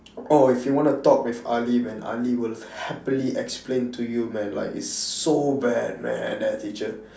orh if you wanna talk with ali man ali will happily explain to you man like it's so bad man that teacher